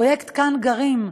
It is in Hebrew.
פרויקט כאן גרים,